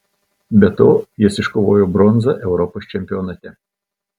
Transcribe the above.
be to jis iškovojo bronzą europos čempionate